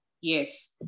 Yes